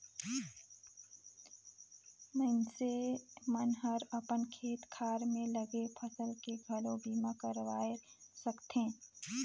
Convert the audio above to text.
मइनसे मन हर अपन खेत खार में लगे फसल के घलो बीमा करवाये सकथे